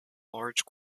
large